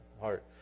heart